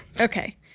Okay